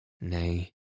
Nay